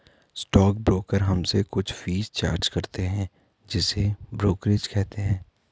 stock broker हमसे कुछ fees charge करते हैं जिसे ब्रोकरेज कहते हैं